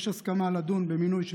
יש הסכמה לדון במינוי של